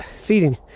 feeding